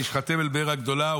וישחטם אל הבאר הגדולה".